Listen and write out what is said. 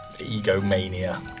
Egomania